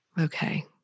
Okay